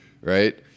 right